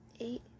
eight